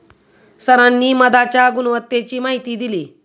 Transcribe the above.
सरांनी मधाच्या गुणवत्तेची माहिती दिली